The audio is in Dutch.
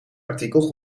artikel